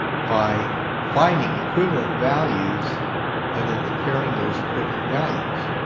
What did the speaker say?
by finding equivalent values and then comparing those equivalent values.